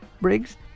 Briggs